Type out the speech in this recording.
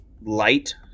light